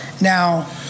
Now